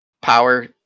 power